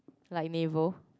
like naval